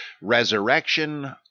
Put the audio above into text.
resurrection